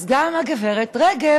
אז גם הגברת רגב,